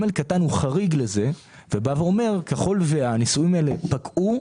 סעיף (ג) קטן היא חריג לזה והוא אומר שככל שהנישואין האלה פקעו,